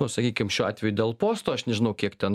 nu sakykim šiuo atveju dėl posto aš nežinau kiek ten